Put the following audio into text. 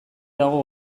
dago